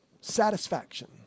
satisfaction